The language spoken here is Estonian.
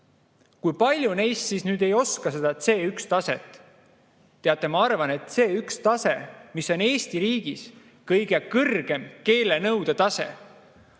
kui paljudel neist siis ei ole seda C1‑taset. Teate, ma arvan, et C1‑tase, mis on Eesti riigis kõige kõrgem keelenõude tase